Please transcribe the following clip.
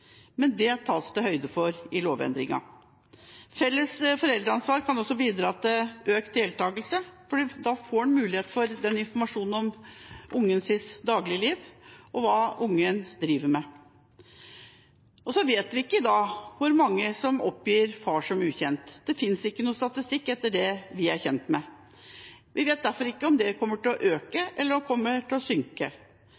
men det tas det høyde for i lovendringen. Felles foreldreansvar kan også bidra til økt deltakelse, for da får en mulighet for informasjon om barnets dagligliv og hva barnet driver med. Så vet vi ikke hvor mange som oppgir far som ukjent. Det finnes det ikke noen statistikk for, etter det vi er kjent med. Vi vet derfor ikke om dette kommer til å øke